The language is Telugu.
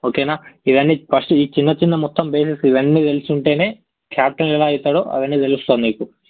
ఓకేనా ఇవన్నీ ఫస్ట్ ఈ చిన్న చిన్న మొత్తం బేసిక్స్ ఇవన్నీ తెలిసి ఉంటేనే కెప్టెన్ ఎలా అవుతాడో అవన్నీ తెలుస్తుంది నీకు